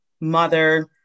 mother